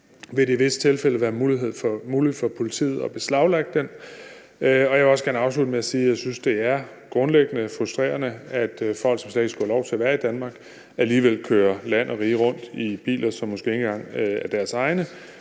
vil det i visse tilfælde være muligt for politiet at beslaglægge den, og jeg vil også gerne afslutte med at sige, at jeg synes, det er grundlæggende frustrerende, at folk, som slet ikke skulle have lov til at være i Danmark, alligevel kører land og rige rundt i biler, som måske ikke engang er deres egne.